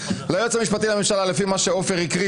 ליועץ המשפטי לממשלה לפי מה שעופר הקריא